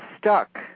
stuck